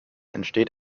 entsteht